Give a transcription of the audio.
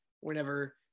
whenever